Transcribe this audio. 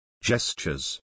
Gestures